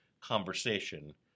conversation